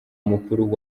mukuru